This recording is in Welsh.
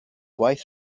gwaith